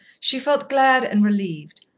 she felt glad and relieved,